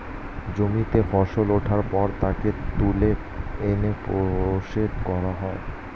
জমিতে ফসল ওঠার পর তাকে তুলে এনে প্রসেস করা হয়